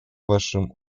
вашем